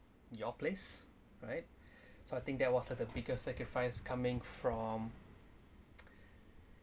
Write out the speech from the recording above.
your place right so I think that was the bigger sacrifice coming from